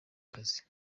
kazi